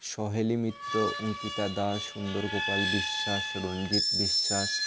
Saheli Mitra Ankita Das Sundar Gopal Biswas Ranjit Biswas